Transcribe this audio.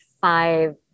five